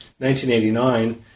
1989